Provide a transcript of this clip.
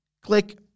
Click